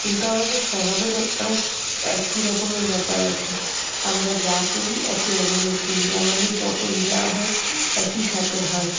কিন্তু আমাদের স্বভাবেরও অনেক একই রকমের ব্যাপার আছে আমরা যা করি একই রকমের করি আমাদের যখন যা হয় একই সাথে হয়